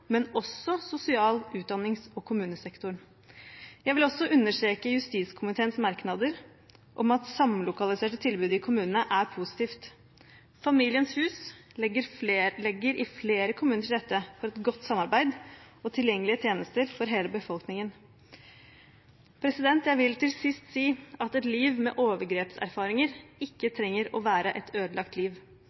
men også fra sosial-, utdannings- og kommunesektoren. Jeg vil også understreke justiskomiteens merknader om at samlokaliserte tilbud i kommunene er positivt. Familiens hus legger i flere kommuner til rette for et godt samarbeid og tilgjengelige tjenester for hele befolkningen. Jeg vil til sist si at et liv med overgrepserfaringer ikke trenger å være et ødelagt liv.